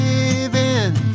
Living